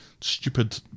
stupid